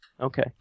Okay